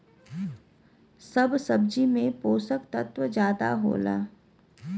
सब सब्जी में पोसक तत्व जादा होला